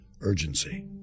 urgency